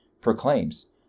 proclaims